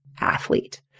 athlete